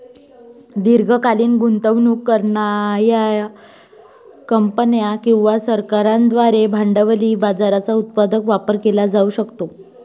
दीर्घकालीन गुंतवणूक करणार्या कंपन्या किंवा सरकारांद्वारे भांडवली बाजाराचा उत्पादक वापर केला जाऊ शकतो